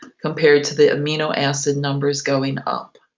compared to the amino acid numbers going up.